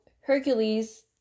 Hercules